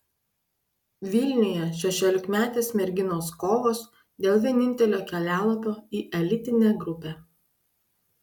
vilniuje šešiolikmetės merginos kovos dėl vienintelio kelialapio į elitinę grupę